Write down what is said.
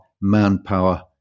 Manpower